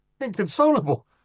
inconsolable